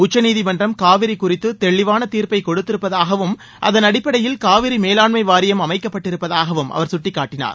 உச்சநீதிமன்றம் காவிரி குறித்து தெளிவான தீர்ப்பை கொடுத்திருப்பதாகவும் அதன் அடிப்படையில் காவிரி மேலாண்மை வாரியம் அமைக்கப்பட்டிருப்பதாகவும் அவர் சுட்டிக்காட்டனார்